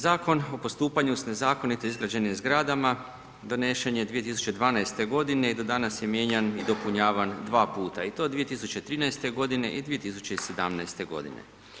Zakon o postupanju sa nezakonito izgrađenim zgradama donesen je 2012. godine i do danas je mijenjan i dopunjavan dva puta i to 2013. godine i 2017. godine.